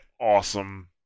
awesome